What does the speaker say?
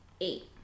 Eight